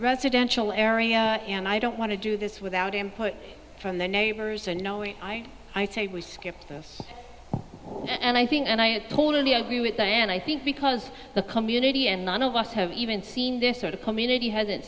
residential area and i don't want to do this without input from the neighbors and knowing i skipped this and i think and i totally agree with that and i think because the community and none of us have even seen this sort of community hasn't